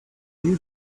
you